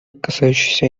касающиеся